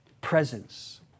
presence